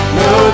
no